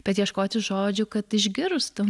bet ieškoti žodžių kad išgirstų